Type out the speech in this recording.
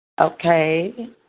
Okay